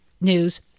news